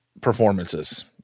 performances